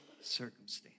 circumstance